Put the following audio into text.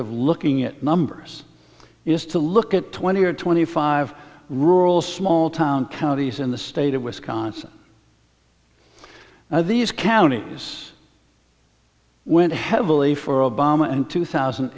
of looking at numbers is to look at twenty or twenty five rural small town counties in the state of wisconsin now these counties went heavily for obama in two thousand and